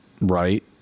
right